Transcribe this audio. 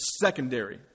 secondary